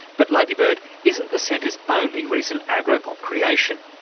but ladybird isn't the centre's only recent agrobot creation.